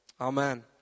Amen